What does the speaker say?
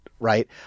Right